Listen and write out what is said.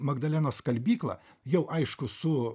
magdalenos skalbyklą jau aišku su